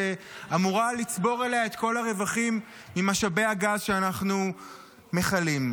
שאמורה לצבור אליה את כל הרווחים ממשאבי הגז שאנחנו מכלים.